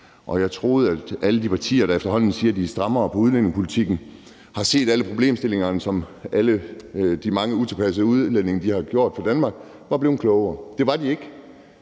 Jeg troede, at alle de partier, der efterhånden siger, at de er strammere på udlændingepolitikken, og har set alle problemstillingerne, som alle de mange utilpassede udlændinge har skabt for Danmark, var blevet klogere. Det var de ikke.